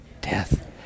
death